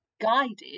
guided